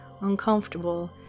uncomfortable